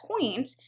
point